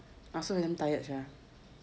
I also damn tired sia